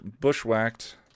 bushwhacked